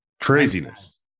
Craziness